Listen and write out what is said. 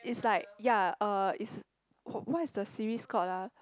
it's like ya uh is what is the series called ah